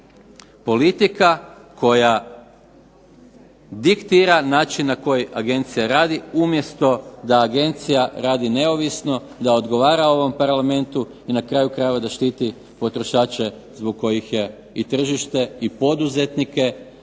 politika koja diktira način na koji agencija radi umjesto da agencija radi neovisno, da odgovara ovom Parlamentu i na kraju krajeva da štiti potrošače zbog kojih je i tržište i poduzetnike